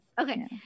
Okay